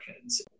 kids